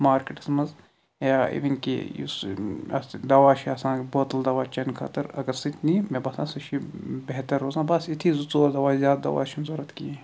مارکیٚٹَس مَنٛز یا اِوٕن کہِ یُس اَتھ دوا چھُ آسان بوتَل دوا چَنہٕ خٲطرٕ اگر سُہ تہِ نی مےٚ باسان سُہ چھِ بہتر روزان بس یِتھی زٕ ژور دوا زیاد دوا چھِنہٕ ضوٚرتھ کینٛہہ